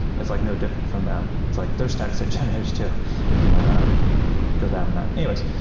it's like no different from them. it's like they're static site generators too if you want like go down that. anyways.